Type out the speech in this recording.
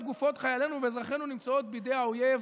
גופות חיילינו ואזרחינו נמצאות בידי האויב".